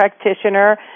practitioner